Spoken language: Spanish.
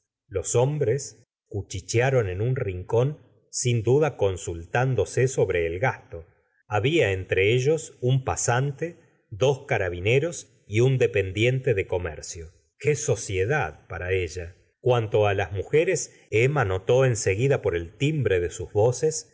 los hombres cuchichearon en un rincón sin duda consultándose sobre el gasto había entre ellos un pasante dos carabineros y un dependiente de comercio qué sociedad para ella cuanto a las mujeres emma notó en seguida por el timbre de sus voces